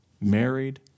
Married